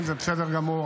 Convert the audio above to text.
הם לקחו אחריות,